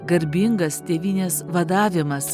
garbingas tėvynės vadavimas